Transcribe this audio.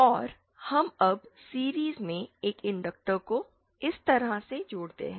और हम अब सीरिज़ में एक इंडक्टर को इस तरह से जोड़ते हैं